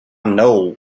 know